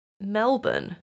Melbourne